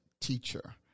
teacher